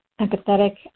empathetic